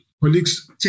Colleagues